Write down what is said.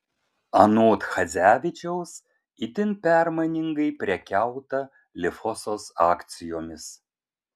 anot chadzevičiaus itin permainingai prekiauta lifosos akcijomis